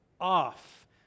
off